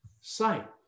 sight